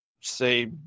say